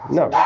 no